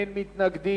אין מתנגדים,